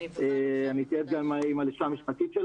אני מבין שיש מגבלה גם לילדים של העובדות,